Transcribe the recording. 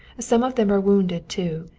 some of them are wounded too.